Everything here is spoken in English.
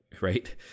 right